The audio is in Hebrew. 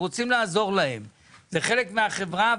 הם חלק מהחברה,